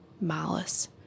malice